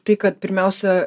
tai kad pirmiausia